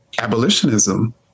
abolitionism